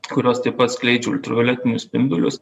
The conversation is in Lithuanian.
kurios taip pat skleidžia ultravioletinius spindulius